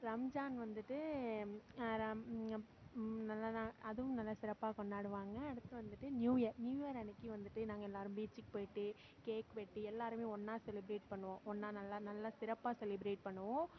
ரம்ஜான் வந்துவிட்டு நல்லா அதுவும் நல்லா சிறப்பாக கொண்டாடுவாங்க அடுத்து வந்துவிட்டு நியூயர் நியூயர் அன்னைக்கு வந்துவிட்டு நாங்கள் எல்லோரும் பீச்சுக்கு போய்ட்டு கேக் வெட்டி எல்லோருமே ஒன்னாக செலிபிரேட் பண்ணுவோம் ஒன்னாக நல்லா நல்லா சிறப்பாக செலிபிரேட் பண்ணுவோம்